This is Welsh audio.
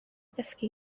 ddysgu